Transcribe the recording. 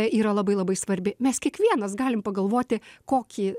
yra labai labai svarbi mes kiekvienas galim pagalvoti kokį